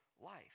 life